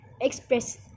express